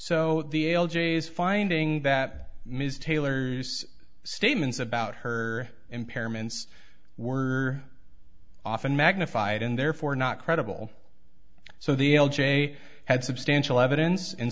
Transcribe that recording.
so the ale j s finding that ms taylor zeus statements about her impairments were often magnified and therefore not credible so the l j had substantial evidence in